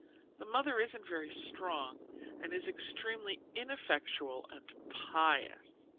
the mother isn't very strong and is extremely ineffectual and pious.